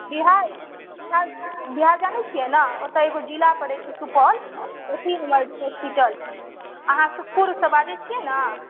बिहार जानै छियै ने ओतय एगो जिला परै छै सुपौल ओतहि हमर होस्पीटल छै अहाँ सुखपुर सॅं बाजै छियै ने